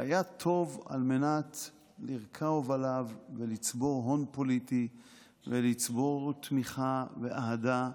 שהיה טוב על מנת לרכוב עליו ולצבור הון פוליטי ולצבור תמיכה ואהדה,